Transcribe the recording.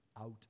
out